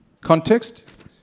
context